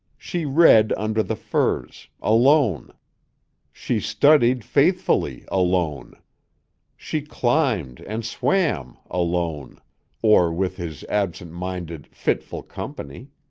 she read under the firs, alone she studied faithfully, alone she climbed and swam, alone or with his absent-minded, fitful company